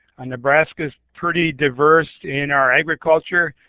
ah nebraska is pretty diverse in our agriculture.